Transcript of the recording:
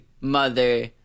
Mother